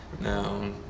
No